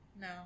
No